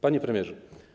Panie Premierze!